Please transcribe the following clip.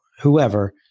whoever